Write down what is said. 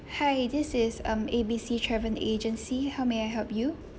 hi this is um A B C travel agency how may I help you